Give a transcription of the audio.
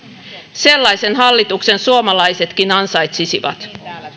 sellaisen hallituksen suomalaisetkin ansaitsisivat